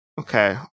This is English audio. okay